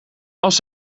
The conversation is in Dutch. als